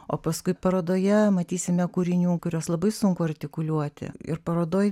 o paskui parodoje matysime kūrinių kuriuos labai sunku artikuliuoti ir parodoj